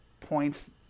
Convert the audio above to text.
points